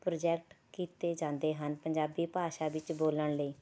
project ਕੀਤੇ ਜਾਂਦੇ ਹਨ ਪੰਜਾਬੀ ਭਾਸ਼ਾ ਵਿੱਚ ਬੋਲਣ ਲਈ